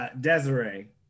Desiree